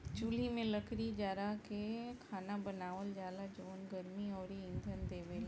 चुल्हि में लकड़ी जारा के खाना बनावल जाला जवन गर्मी अउरी इंधन देवेला